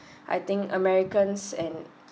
I think americans and